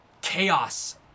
chaos